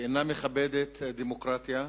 שאינה מכבדת דמוקרטיה,